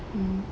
mm